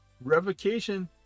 Revocation